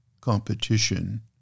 competition